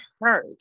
heard